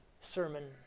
sermon